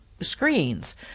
screens